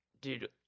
dude